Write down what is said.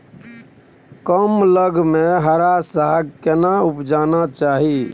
कम लग में हरा साग केना उपजाना चाही?